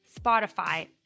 Spotify